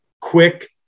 quick